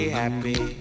happy